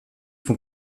font